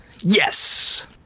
Yes